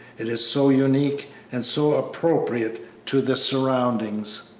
it is so unique and so appropriate to the surroundings.